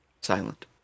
silent